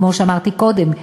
כמו שאמרתי קודם,